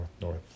North